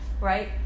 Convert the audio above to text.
right